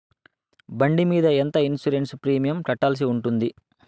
బండి మీద ఎంత ఇన్సూరెన్సు ప్రీమియం కట్టాల్సి ఉంటుంది?